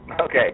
Okay